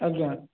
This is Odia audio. ଆଜ୍ଞା